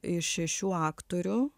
iš šešių aktorių